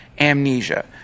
amnesia